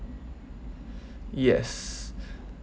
yes